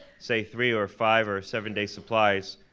say three or five or seven-day supplies,